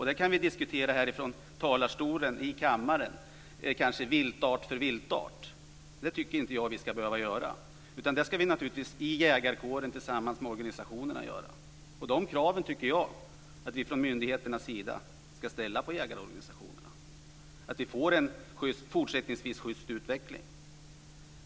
Det kan vi diskutera här ifrån talarstolen i kammaren viltart för viltart. Det tycker inte jag att vi ska behöva göra. Det ska vi naturligtvis göra i jägarkåren, tillsammans med organisationerna. De kraven tycker jag att vi från myndigheternas sida ska ställa på jägarorganisationerna, så att vi får en fortsättningsvis schyst utveckling.